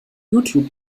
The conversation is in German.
youtube